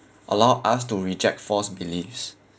allow us to reject false beliefs